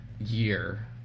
year